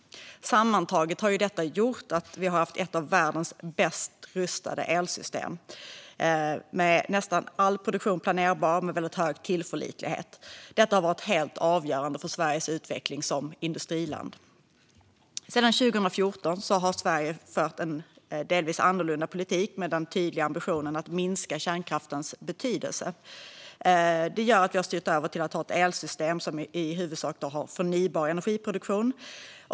Sammantaget har detta gjort att vi har haft ett av världens bäst rustade elsystem med nästan all produktion planerbar och med en väldigt hög tillförlitlighet. Detta har varit helt avgörande för Sveriges utveckling som industriland. Sedan 2014 har Sverige fört en delvis annorlunda politik med den tydliga ambitionen att minska kärnkraftens betydelse. Det gör att vi har styrt över till att ha ett elsystem som i huvudsak har förnybar energiproduktion.